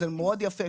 זה מאוד יפה,